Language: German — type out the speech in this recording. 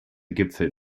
gipfel